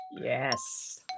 Yes